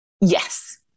Yes